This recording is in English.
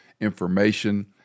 information